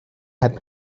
heb